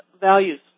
values